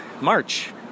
March